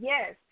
Yes